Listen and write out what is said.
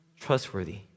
trustworthy